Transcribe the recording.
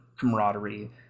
camaraderie